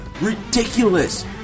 ridiculous